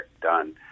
done